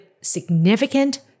significant